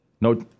No